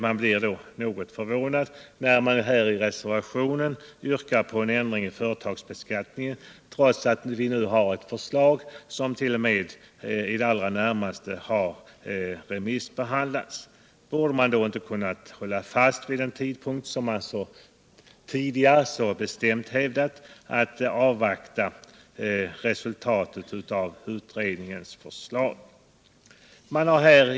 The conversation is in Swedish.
Man blir då något förvånad när det i reservationen yrkas på en ändring av företagsbeskattningen trots att vi nu har ett förslag som t.o.m. i det allra närmaste har remissbehandlats. Varför har man inte kunnat hålla fast vid den ståndpunkt som man tidigare så bestämt hävdat och avvakta resultatet av utredningsförslaget?